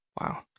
wow